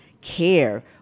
care